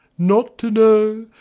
not to know,